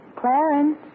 Clarence